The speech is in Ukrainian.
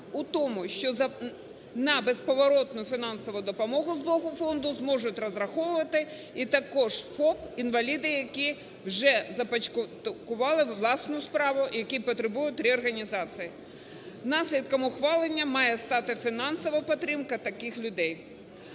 у тому, що на безповоротну фінансову допомогу з боку фонду зможуть розраховувати і також ФОП, інваліди, які вже започаткували власну справу і які потребують реорганізації. Наслідком ухвалення має стати фінансова підтримка таких людей.